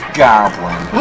goblin